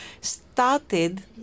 started